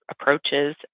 approaches